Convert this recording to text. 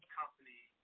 company